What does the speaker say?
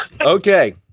okay